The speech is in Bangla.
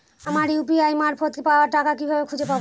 আমার ইউ.পি.আই মারফত পাওয়া টাকা কিভাবে খুঁজে পাব?